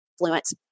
influence